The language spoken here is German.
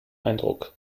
eindruck